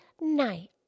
Night